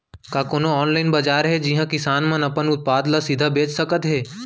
का कोनो अनलाइन बाजार हे जिहा किसान मन अपन उत्पाद ला सीधा बेच सकत हे?